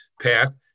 path